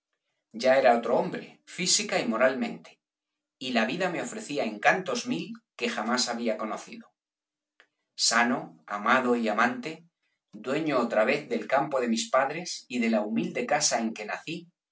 ya era otro hombre física y moralmente y la vida me ofrecía encantos mil que jamás había conocido sano amado y amante dueño otra vez del campo tropiquillos de mis padres y de la humilde casa en que nací